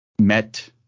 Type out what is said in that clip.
met